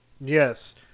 Yes